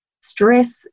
stress